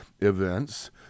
events